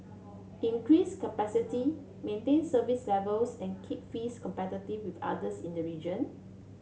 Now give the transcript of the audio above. increase capacity maintain service levels and keep fees competitive with others in the region